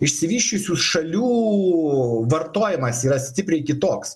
išsivysčiusių šalių vartojimas yra stipriai kitoks